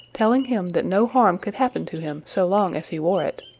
telling him that no harm could happen to him so long as he wore it.